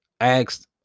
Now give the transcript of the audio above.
asked